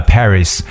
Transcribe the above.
Paris